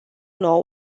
know